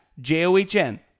j-o-h-n